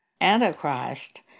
Antichrist